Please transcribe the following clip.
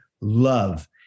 love